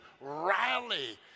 rally